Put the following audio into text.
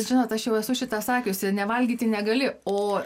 žinot aš jau esu šitą sakiusi nevalgyti negali o